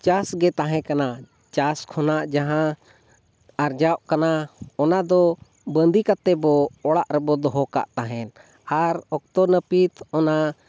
ᱪᱟᱥ ᱜᱮ ᱛᱟᱦᱮᱸ ᱠᱟᱱᱟ ᱪᱟᱥ ᱠᱷᱚᱱᱟᱜ ᱡᱟᱦᱟᱸ ᱟᱨᱡᱟᱜ ᱠᱟᱱᱟ ᱚᱱᱟ ᱫᱚ ᱵᱟᱸᱫᱤ ᱠᱟᱛᱮᱫ ᱵᱚ ᱚᱲᱟᱜ ᱨᱮᱵᱚ ᱫᱚᱦᱚ ᱠᱟᱜ ᱛᱟᱦᱮᱸᱫ ᱟᱨ ᱚᱠᱛᱚ ᱱᱟᱹᱯᱤᱛ ᱚᱱᱟ